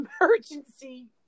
emergency